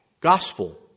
gospel